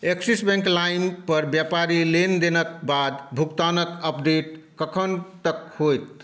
axis bank लाइनपर व्यापारी लेनदेनके बाद भुगतानके अपडेट कखन तक हैत